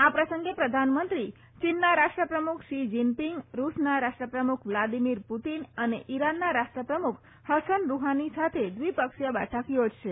આ પ્રસંગે પ્રધાનમંત્રી ચીનના રાષ્ટ્રપ્રમુખ શી જિનપિંગ રૂસના રાષ્ટ્રપ્રમુખ વ્લાદીમીર પુતિન અને ઈરાનના રાષ્ટ્રપ્રમુખ હસન ર્રહાની સાથે દ્વિપક્ષીય બેઠક યોજશે